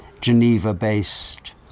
Geneva-based